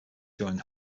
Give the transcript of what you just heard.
during